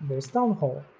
there's town hall